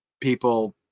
people